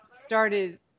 started